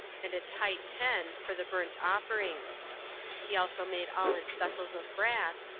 and its height ten, for the burnt-offerings. he also made all its vessels of brass,